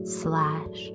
slash